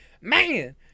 man